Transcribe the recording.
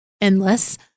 endless